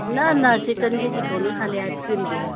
न न शिकंजी जी कोन्हे ख़ाली आइसक्रीम जी आहे